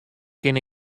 kin